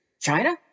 China